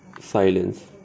Silence